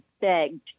begged